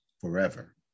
forever